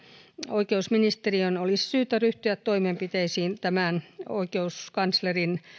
oikeusministeriön olisi syytä ryhtyä toimenpiteisiin tämän oikeuskanslerin